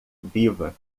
viva